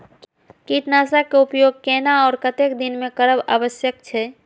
कीटनाशक के उपयोग केना आर कतेक दिन में करब आवश्यक छै?